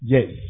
Yes